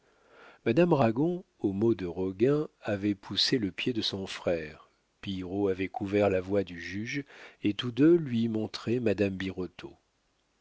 madame ragon au mot de roguin avait poussé le pied de son frère pillerault avait couvert la voix du juge et tous deux lui montraient madame birotteau